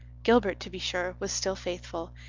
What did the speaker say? gilbert, to be sure, was still faithful,